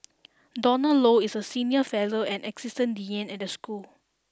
Donald Low is senior fellow and assistant dean at the school